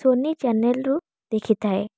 Sony ଚ୍ୟାନେଲରୁ ଦେଖିଥାଏ